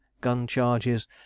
gun-charges